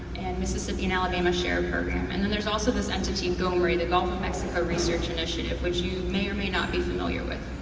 and mississippi and alabama share a program. and then there's also this entity, gomri, the gulf of mexico research initiative which you may or may not be familiar with.